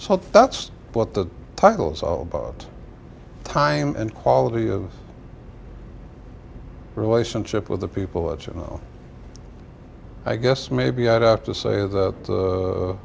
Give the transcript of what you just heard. so that's what the title is all about time and quality of relationship with the people that you know i guess maybe i'd have to say that